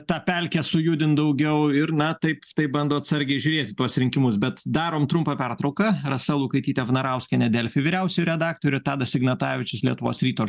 tą pelkę sujudint daugiau ir na taip taip bando atsargiai žiūrėt į tuos rinkimus bet darome trumpą pertrauką rasa lukaitytė vnarauskienė delfi vyriausioji redaktorė tadas ignatavičius lietuvos ryto